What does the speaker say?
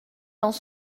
dans